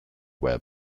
web